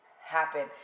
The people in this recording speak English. happen